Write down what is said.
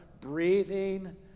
breathing